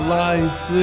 life